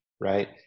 right